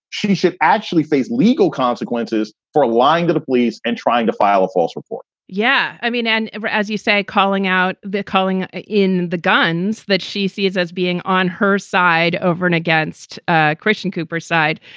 she should actually face legal consequences for lying to the police and trying to file a false report yeah, i mean, and as you say, calling out, they're calling ah in the guns that she sees as being on her side over and against ah christian cooper side.